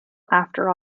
after